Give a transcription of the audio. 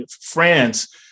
France